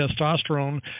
testosterone